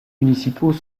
municipaux